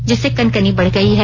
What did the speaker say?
जिससे कनकनी बढ़ गई है